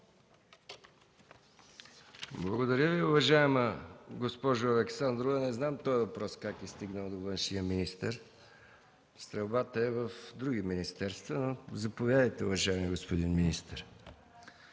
Благодаря Ви, уважаема госпожо Александрова. Не знам как този въпрос е стигнал до външния министър. Стрелбата е в други министерства, но… Заповядайте, уважаеми господин министър.